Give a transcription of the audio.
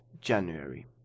January